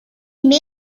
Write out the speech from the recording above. man